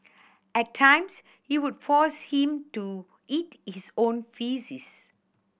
at times he would force him to eat his own faeces